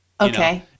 Okay